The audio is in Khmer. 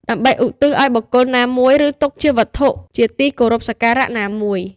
ដើម្បីឧទ្ទិសឲ្យបុគ្គលណាមួយ ឬ ទុកជាវត្ថុជាទីគោរពសក្ការៈណាមួយ។